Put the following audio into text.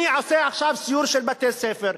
אני עושה עכשיו סיור של בתי-ספר,